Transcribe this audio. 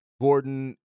Gordon